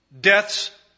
death's